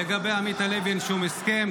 לגבי עמית הלוי, אין שום הסכם.